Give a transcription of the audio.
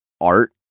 art